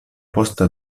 posta